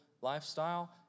lifestyle